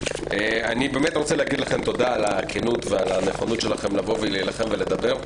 אני רוצה להגיד לכם תודה על הכנות ועל הנכונות שלכם להילחם ולדבר.